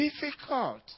Difficult